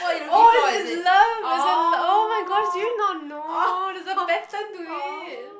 oh it's it's love it's oh-my-gosh did you not know there's a pattern to it